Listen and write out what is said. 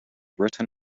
written